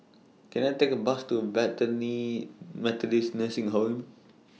Can I Take A Bus to Bethany Methodist Nursing Home